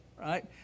right